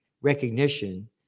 recognition